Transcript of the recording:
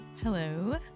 Hello